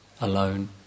alone